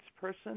person